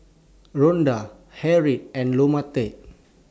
Rhonda Harriet and Lamonte